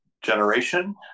generation